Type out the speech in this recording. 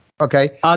Okay